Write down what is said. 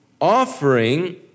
offering